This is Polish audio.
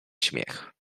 śmiech